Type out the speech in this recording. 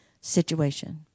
situation